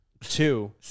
Two